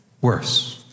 worse